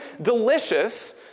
delicious